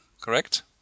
correct